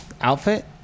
outfit